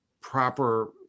proper